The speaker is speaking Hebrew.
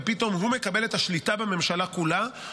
ופתאום הוא מקבל את השליטה בממשלה כולה,